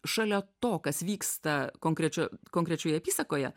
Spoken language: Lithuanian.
šalia to kas vyksta konkrečio konkrečioje apysakoje